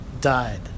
died